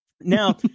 Now